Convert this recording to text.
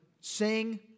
sing